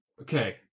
Okay